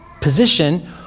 position